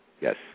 Yes